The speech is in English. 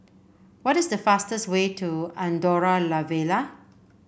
what is the fastest way to Andorra La Vella